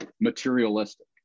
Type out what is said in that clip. materialistic